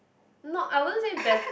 not I won't say bett~